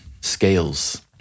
scales